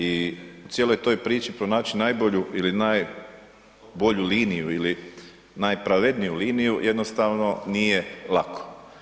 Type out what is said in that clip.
I u cijeloj toj priči pronaći najbolju ili najbolju liniju ili najpravedniju liniju jednostavno nije lako.